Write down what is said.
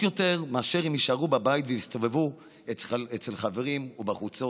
יותר מאשר אם יישארו בבית ויסתובבו אצל חברים או בחוצות.